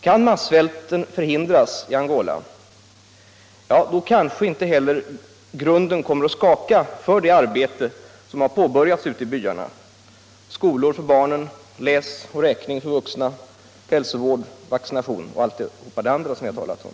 Kan massvälten förhindras i Angola kanske inte heller grunden kommer att skaka för det arbete som har påbörjats i byarna, skolor för barnen, läsning och räkning för vuxna, hälsovård, vaccination och allt det andra som vi har talat om.